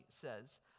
says